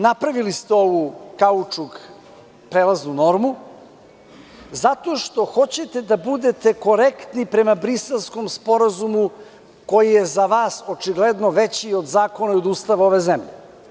Napravili ste kaučuk prelaznu normu zato što hoćete da budete prema Briselskom sporazumu koji je za vas očigledno veći od zakona i Ustava ove zemlje.